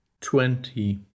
twenty